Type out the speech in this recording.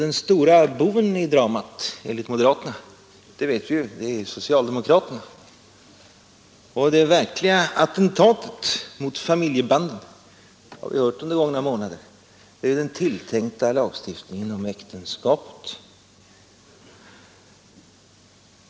Enligt moderaterna är socialdemokraterna den stora boven i dramat, och det verkliga attentatet mot familjen — detta har vi hört under gångna månader — är den tilltänkta lagstifningen rörande äktenskapet.